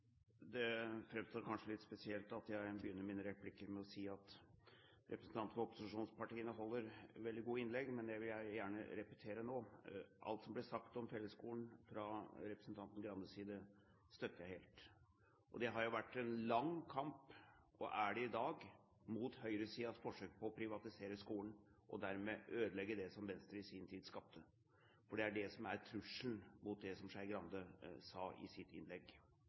vil jeg gjerne repetere nå. Alt som ble sagt om fellesskolen fra representanten Skei Grandes side, støtter jeg helt. Det har vært en lang kamp – og er det i dag – mot høyresidens forsøk på å privatisere skolen og dermed ødelegge det som Venstre i sin tid skapte. For det er det som er trusselen mot det som Skei Grande sa i sitt innlegg.